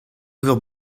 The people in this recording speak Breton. veur